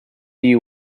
you